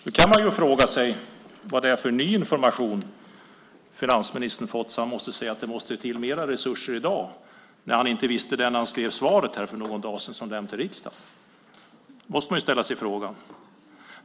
Då kan man ju fråga sig vad det är för ny information finansministern har fått, eftersom han i dag säger att det måste till mer resurser. Han visste ju inte det när han skrev svaret för någon dag sedan. Då måste man ställa sig frågan.